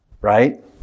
right